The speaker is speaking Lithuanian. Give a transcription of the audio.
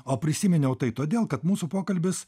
o prisiminiau tai todėl kad mūsų pokalbis